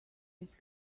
this